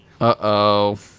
Uh-oh